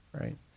Right